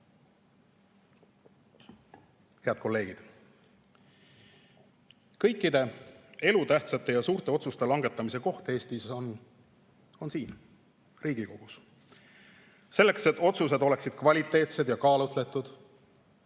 Head kolleegid! Kõikide elutähtsate ja suurte otsuste langetamise koht Eestis on siin, Riigikogus. Selleks, et otsused oleksid kvaliteetsed ja kaalutletud,